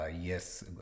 yes